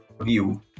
view